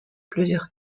plusieurs